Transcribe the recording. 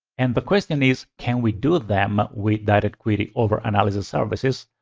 and the question is can we do them with directquery over analysis services?